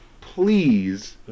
Please